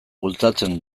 bultzatzen